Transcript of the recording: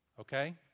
Okay